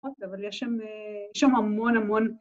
אבל יש שם המון המון...